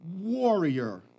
warrior